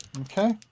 Okay